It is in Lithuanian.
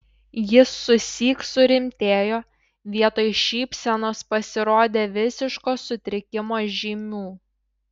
jis susyk surimtėjo vietoj šypsenos pasirodė visiško sutrikimo žymių